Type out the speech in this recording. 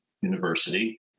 University